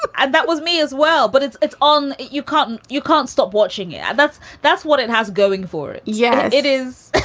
and that was me as well. but it's it's on. you can't and you can't stop watching it. yeah that's that's what it has going for. yeah, it is.